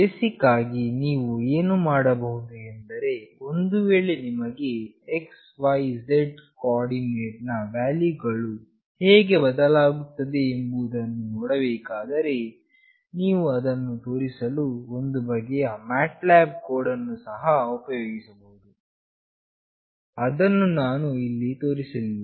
basic ಆಗಿ ನೀವು ಏನು ಮಾಡಬಹುದು ಎಂದರೆ ಒಂದು ವೇಳೆ ನಿಮಗೆ xyz ಕೋ ಆರ್ಡಿನೇಟ್ ನ ವ್ಯಾಲ್ಯೂ ಗಳು ಹೇಗೆ ಬದಲಾಗುತ್ತದೆ ಎಂಬುದನ್ನು ನೋಡಬೇಕಾದರೆ ನೀವು ಅದನ್ನು ತೋರಿಸಲು ಒಂದು ಬಗೆಯ MATLAB ಕೋಡ್ ಅನ್ನು ಸಹ ಉಪಯೋಗಿಸಬಹುದು ಅದನ್ನು ನಾವು ಇಲ್ಲಿ ತೋರಿಸುತ್ತಿಲ್ಲ